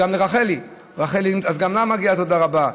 אז גם לרחלי מגיעה תודה רבה,